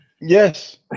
Yes